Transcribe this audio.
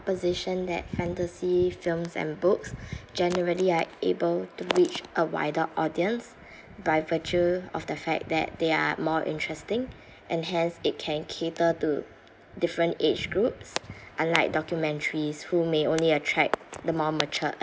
~position that fantasy films and books generally are able to reach a wider audience by virtue of the fact that they are more interesting and hence it can cater to different age groups unlike documentaries who may only attract the more mature